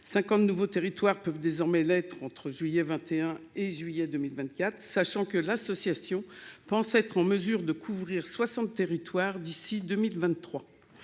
50 nouveaux territoires peuvent désormais lettre entre juillet 21 et juillet 2024 sachant que l'association pense être en mesure de couvrir 60, territoire d'ici 2023